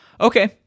okay